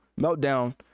meltdown